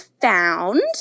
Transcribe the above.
found